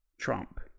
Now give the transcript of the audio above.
Trump